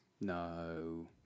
No